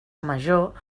major